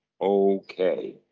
okay